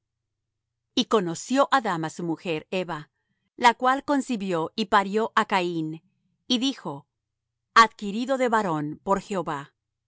y conocio adam á su mujer eva la cual concibió y parió á caín y dijo adquirido he varón por jehová y